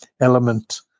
element